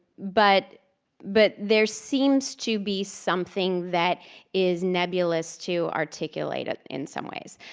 but but there seems to be something that is nebulous to articulate ah in some ways.